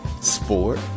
sport